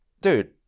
dude